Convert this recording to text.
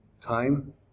time